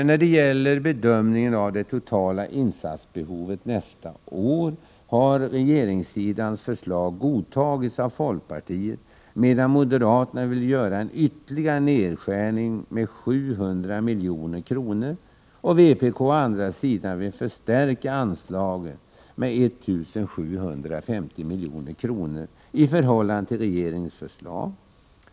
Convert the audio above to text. När det gäller bedömningen av det totala insatsbehovet nästa budgetår har regeringssidans förslag godtagits av folkpartiet, medan moderaterna vill göra en ytterligare nedskärning med 700 milj.kr. och vpk å andra sidan vill förstärka anslaget med 1 750 milj.kr. i förhållande till regeringens förslag.